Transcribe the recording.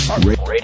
Radio